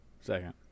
Second